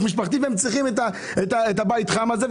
משפחתי והם צריכים את הבית החם הזה.